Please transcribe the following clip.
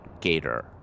gator